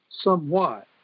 somewhat